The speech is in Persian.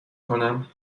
کنم